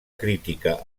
crítica